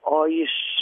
o iš